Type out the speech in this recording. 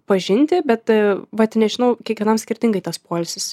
pažinti bet vat nežinau kiekvienam skirtingai tas poilsis